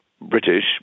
British